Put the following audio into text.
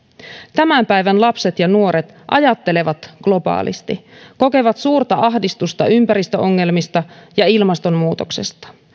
tämän päivän lapset ja nuoret ajattelevat globaalisti kokevat suurta ahdistusta ympäristöongelmista ja ilmastonmuutoksesta